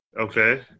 okay